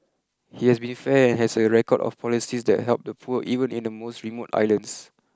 he has been fair and has a record of policies that help the poor even in the most remote islands